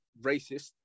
racist